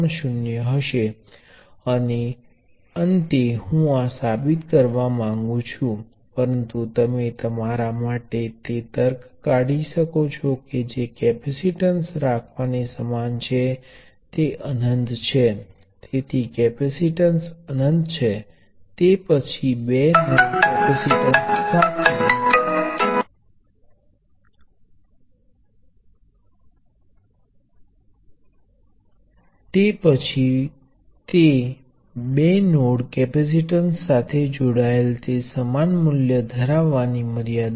અને તે જ રીતે જો તમે શ્રેણીમાં કેપેસિટર લો છો તો પરિણામ હજી પણ એક કેપેસિટર છે અને અસરકારક કેપેસિટન્સ નું આદાન આપવું તે વ્યક્તિગત કેપેસિટીન્સ ના પરસ્પરના સમાન છે જ્યારે સમાંતર જોડાણો માટે કેપેસિટર નુ મૂલ્ય એ વ્યક્તિગત ક્ષમતાઓનો સરવાળો છે